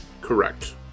Correct